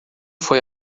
foi